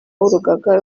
w’urugaga